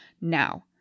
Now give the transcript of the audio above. Now